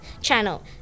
channel